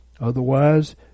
Otherwise